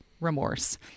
Remorse